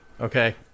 Okay